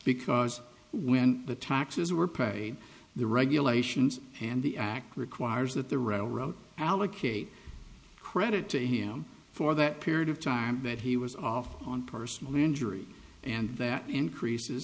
because when the taxes were play the regulations and the act requires that the railroad allocate credit to him for that period of time that he was off on personal injury and that increases